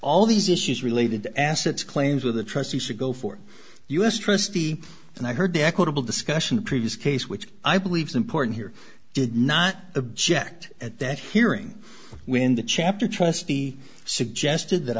all these issues related assets claims with the trustees to go for us trustee and i heard the equitable discussion the previous case which i believe the important here did not object at that hearing when the chapter trustee suggested that